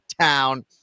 town